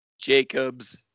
jacobs